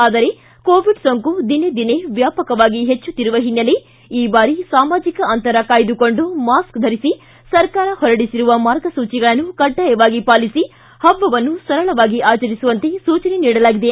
ಆದರೆ ಕೋವಿಡ್ ಸೋಂಕು ದಿನೇ ದಿನೇ ವ್ಯಾಪಕವಾಗಿ ಹೆಚ್ಚುತ್ತಿರುವ ಓನ್ನೆಲೆ ಈ ಬಾರಿ ಸಾಮಾಜಿಕ ಅಂತರ ಕಾಯ್ದುಕೊಂಡು ಮಾಸ್ಕ್ ಧರಿಸಿ ಸರ್ಕಾರ ಹೊರಡಿಸಿರುವ ಮಾರ್ಗಸೂಚಿಗಳನ್ನು ಕಡ್ಡಾಯವಾಗಿ ಪಾಲಿಸಿ ಹಬ್ಬವನ್ನು ಸರಳವಾಗಿ ಆಚರಿಸುವಂತೆ ಸೂಚನೆ ನೀಡಲಾಗಿದೆ